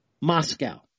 Moscow